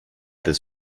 this